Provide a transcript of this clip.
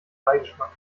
beigeschmack